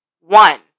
one